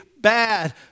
bad